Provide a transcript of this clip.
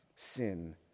sin